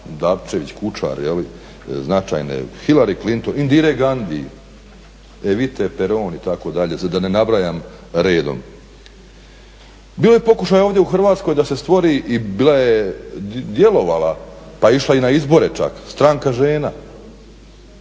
DAbčević Kučar značajne HIlary Clinton, Indire Gandhi, Evite Peroni itd. da ne nabrajam redom. Bilo je pokušaja ovdje u Hrvatskoj da se stvori i bila je djelovala pa išla je i na izbore čak Stranka žena